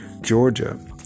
Georgia